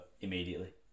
immediately